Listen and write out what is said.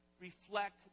reflect